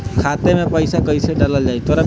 खाते मे पैसा कैसे डालल जाई?